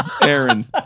Aaron